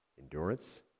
Endurance